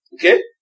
Okay